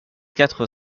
quatre